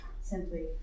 simply